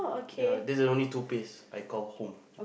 ya that's the only two place I call home